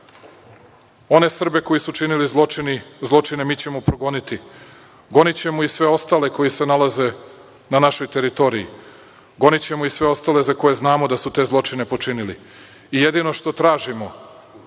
One Srbe koji su činili zločine, mi ćemo progoniti, gonićemo i sve ostale koji se nalaze na našoj teritoriji, gonićemo i sve ostale za koje znamo da su te zločine počinili. Jedino što tražimo,